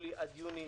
ויולי עד יוני